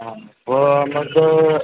അപ്പോള് നമ്മള്ക്ക്